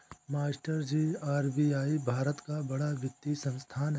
मास्टरजी आर.बी.आई भारत का बड़ा वित्तीय संस्थान है